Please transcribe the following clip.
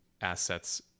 assets